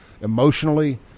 emotionally